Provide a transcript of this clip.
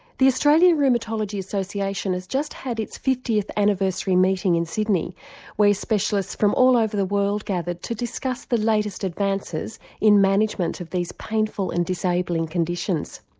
the australian rheumatology association has just had its fiftieth anniversary meeting in sydney where specialists from all over the world gathered to discuss the latest advances in management of these painful and disabling conditions.